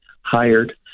hired